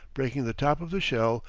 breaking the top of the shell,